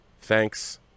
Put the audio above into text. Thanks